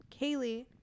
Kaylee